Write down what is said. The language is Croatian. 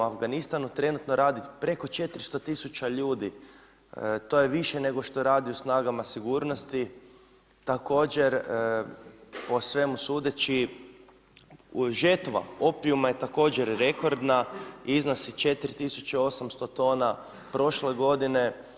U Afganistanu trenutno radi preko 400 tisuća ljudi, to je više nego što radi u snagama sigurnosti, također po svemu sudeći žetva opijuma je također rekordna i iznosi 4800 tona prošle godine.